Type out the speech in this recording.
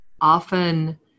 often